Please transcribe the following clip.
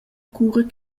cura